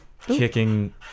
kicking